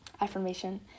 affirmation